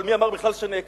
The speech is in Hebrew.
אבל מי אמר בכלל שנעקרו?